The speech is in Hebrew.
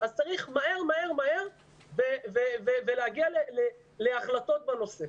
צריך מהר, מהר, מהר להגיע להחלטות בנושא.